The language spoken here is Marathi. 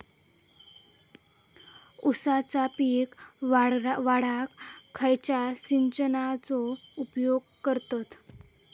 ऊसाचा पीक वाढाक खयच्या सिंचनाचो उपयोग करतत?